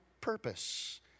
purpose